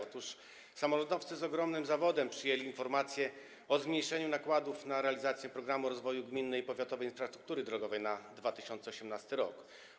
Otóż samorządowcy z ogromnym zawodem przyjęli informację o zmniejszeniu nakładów na realizację „Programu rozwoju gminnej i powiatowej infrastruktury drogowej” na 2018 r.